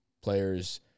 players